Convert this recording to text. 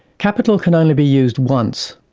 capital can only be used once,